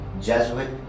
Jesuit